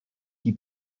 die